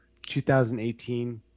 2018